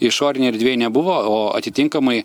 išorinėj erdvėj nebuvo o atitinkamai